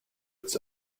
its